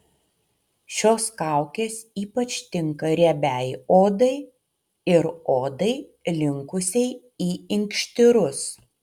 šios kaukės ypač tinka riebiai odai ir odai linkusiai į inkštirus